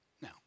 Now